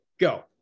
Go